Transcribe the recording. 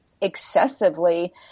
excessively